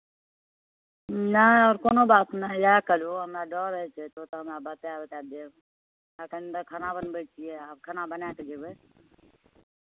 नहि आओर कोनो बात नहि इएह कहलहुँ हमरा डर होइ छै ओतय हमरा बता बता देब एखन तऽ खाना बनबै छियै आब खाना बनाय कऽ जेबै